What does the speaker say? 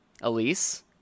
Elise